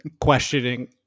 questioning